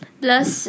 plus